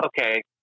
Okay